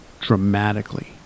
dramatically